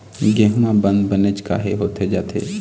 गेहूं म बंद बनेच काहे होथे जाथे?